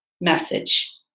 message